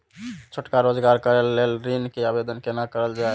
छोटका रोजगार करैक लेल ऋण के आवेदन केना करल जाय?